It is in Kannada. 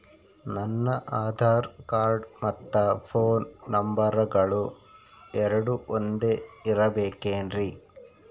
ನನ್ನ ಆಧಾರ್ ಕಾರ್ಡ್ ಮತ್ತ ಪೋನ್ ನಂಬರಗಳು ಎರಡು ಒಂದೆ ಇರಬೇಕಿನ್ರಿ?